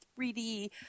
3D